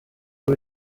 ubu